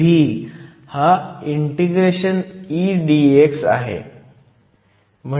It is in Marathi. V हा ∫ E d x आहे